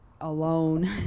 alone